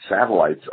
satellites